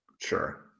sure